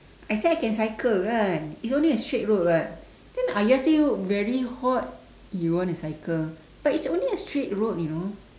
I say I can cycle right it's only a straight road [what] then ayah say very hot you want to cycle but it's only a straight road you know